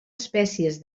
espècies